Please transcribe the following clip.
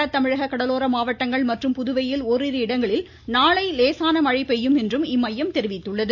வடதமிழக கடலோர மாவட்டங்கள் மற்றும் புதுவையில் ஓரிரு இடங்களில் நாளை லேசான மழை பெய்யும் என்றும் இம்மையம் தெரிவித்துள்ளது